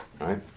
right